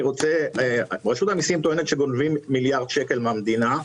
רשות המיסים טוענת שגונבים מיליארד שקל מהמדינה,